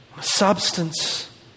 Substance